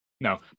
no